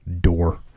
door